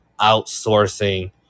outsourcing